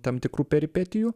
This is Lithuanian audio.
tam tikrų peripetijų